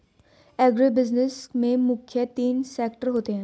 agribusiness में मुख्य तीन सेक्टर होते है